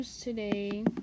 today